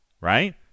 Right